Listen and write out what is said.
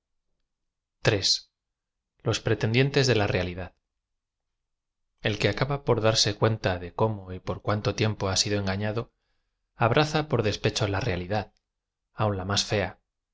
los preiendieiuss de la realidad e l que acaba por darse cuenta de cómo y por cuánto tiempo ha sido engañado abraza por despecho la realidad aun la más íea